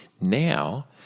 Now